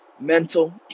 mental